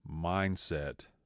mindset